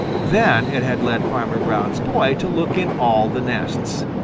then it had led farmer brown's boy to look in all the nests.